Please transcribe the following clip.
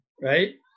right